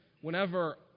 whenever